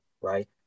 right